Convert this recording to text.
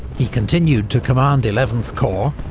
he continued to command eleventh corps,